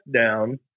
down